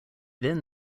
then